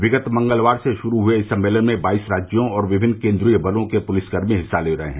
विगत मंगलवार से शुरू हुए इस सम्मेलन में बाईस राज्यों और विभिन्न केंद्रीय बलों के पुलिसकर्मी हिस्सा ले रहे हैं